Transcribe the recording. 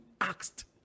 asked